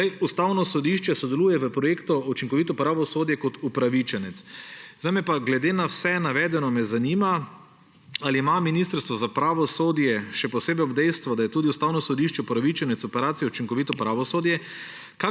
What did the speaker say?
letih. Ustavno sodišče sodeluje v projektu Učinkovito pravosodje kot upravičenec. Zdaj me pa glede na vse navedeno zanima: Ali ima Ministrstvo za pravosodje, še posebej ob dejstvu, da je tudi Ustavno sodišče upravičenec operacije Učinkovito pravosodje,